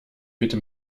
bitte